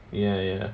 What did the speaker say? ya ya